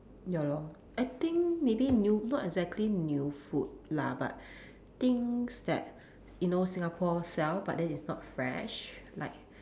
ya lor I think maybe new not exactly new food lah but things that you know Singapore sell but then it's not fresh like